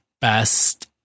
best